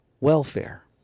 welfare